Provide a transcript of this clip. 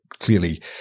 Clearly